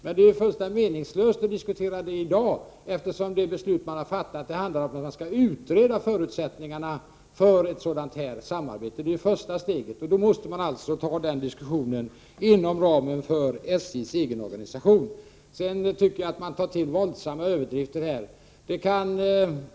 Men det är fullständigt meningslöst att diskutera det i dag, eftersom det beslut som fattats handlar om att utreda förutsättningarna för ett samarbete. Det är första steget. Då måste den diskussionen föras inom ramen för SJ:s egen organisation. Sedan tycker jag att mina meddebattörer går till våldsamma överdrifter.